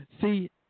See